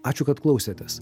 ačiū kad klausėtės